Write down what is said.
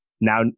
now